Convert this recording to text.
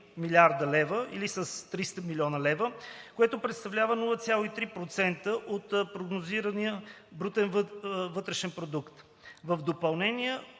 или с 300 млн. лв., което представлява 0,3% от прогнозния брутен вътрешен продукт. В допълнение,